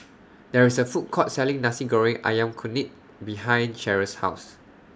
There IS A Food Court Selling Nasi Goreng Ayam Kunyit behind Cheryl's House